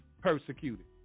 persecuted